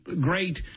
great